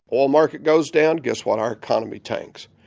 oil market goes down, guess what? our economy tanks.